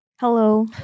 Hello